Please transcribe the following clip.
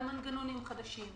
על מנגנונים חדשים.